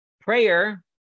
Prayer